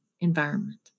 environment